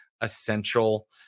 essential